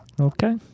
Okay